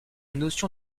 notion